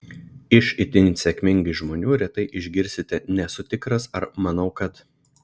iš itin sėkmingų žmonių retai išgirsite nesu tikras ar manau kad